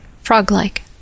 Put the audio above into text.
frog-like